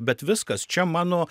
bet viskas čia mano